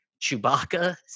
Chewbacca